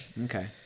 Okay